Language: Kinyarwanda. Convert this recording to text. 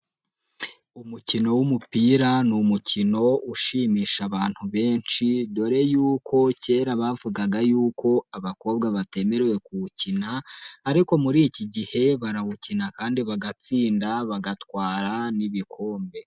Umukino w'umupira ni umukino ushimisha abantu benshi dore y'uko kera bavugaga yuko abakobwa batemerewe kuwukina ariko muri iki gihe barawukina kandi bagatsinda, bagatwara n'ibikombe.